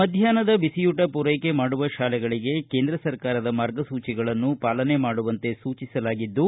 ಮಧ್ಯಾಷ್ನದ ಬಿಸಿಯೂಟ ಪೂರೈಕೆ ಮಾಡುವ ಶಾಲೆಗಳಿಗೆ ಕೇಂದ್ರ ಸರ್ಕಾರದ ಮಾರ್ಗಸೂಚಿಗಳನ್ನು ಪಾಲನೆ ಮಾಡುವಂತೆ ಸೂಚಿಸಲಾಗಿದ್ದು